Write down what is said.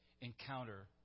encounter